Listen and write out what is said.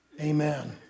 Amen